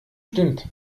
stimmt